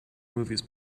movies